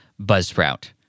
buzzsprout